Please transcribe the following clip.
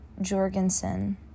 jorgensen